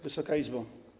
Wysoka Izbo!